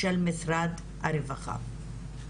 של משרד הרווחה.